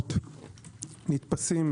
רשיונות נתפסים